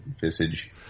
visage